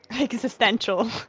Existential